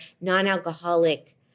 non-alcoholic